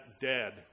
dead